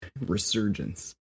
Resurgence